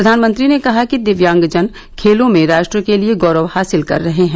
प्रधानमंत्री ने कहा कि दिव्यांगजन खेलों में राष्ट्र के लिए गौरव हासिल कर रहे हैं